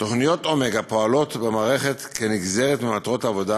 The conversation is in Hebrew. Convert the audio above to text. תוכניות עומק הפועלות במערכת כנגזרת ממטרות העבודה,